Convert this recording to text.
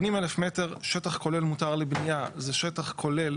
80,000 מטר שטח כולל מותר לבנייה זה שטח כולל,